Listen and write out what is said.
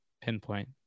pinpoint